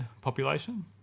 population